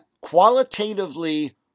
qualitatively